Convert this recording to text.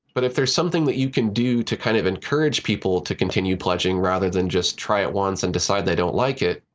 but if there's something that you can do to kind of encourage people to continue pledging rather than just try it once and decide they don't like it,